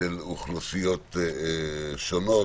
של אוכלוסיות שונות.